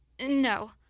No